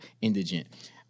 indigent